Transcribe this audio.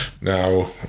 now